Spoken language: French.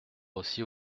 aussi